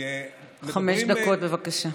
חמש דקות, בבקשה.